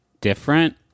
different